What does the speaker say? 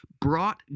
brought